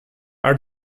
are